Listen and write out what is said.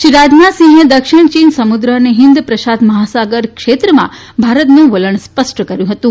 શ્રી રાજનાથસીંહે દક્ષિણ ચીન સમુદ્ર અને હિંદ પ્રશાંત મહાસાગર ક્ષેત્રમાં ભારતનું વલણ સ્પષ્ટ કર્યુ હતું